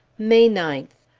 may ninth.